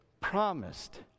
promised